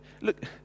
look